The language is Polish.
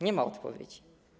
Nie ma odpowiedzi.